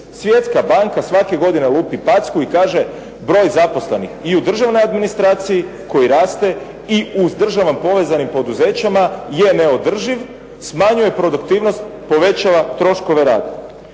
Svjetska banka svake godine lupi packu i kaže broj zaposlenih i u državnoj administraciji koji raste i u s državom povezanim poduzećima je neodrživ, smanjuje produktivnost, povećava troškove rada.